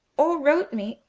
or wrote me,